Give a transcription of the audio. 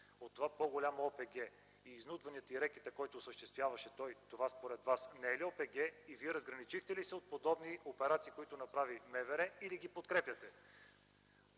От това по-голямо ОПГ и изнудванията, и рекетът, който осъществяваше той, това според Вас не е ли ОПГ и Вие разграничихте ли се от подобни операции, които направи МВР, или ги подкрепяте?